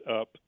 up